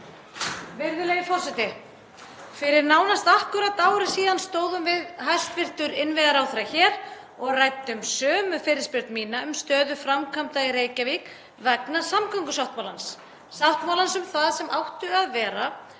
Virðulegi forseti. Fyrir nánast akkúrat ári síðan stóðum við hæstv. innviðaráðherra hér og ræddum sömu fyrirspurn mína um stöðu framkvæmda í Reykjavík vegna samgöngusáttmálans, sáttmálans um það sem áttu að vera